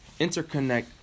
interconnect